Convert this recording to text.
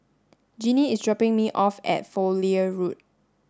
Genie is dropping me off at Fowlie Road